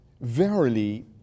Verily